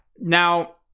Now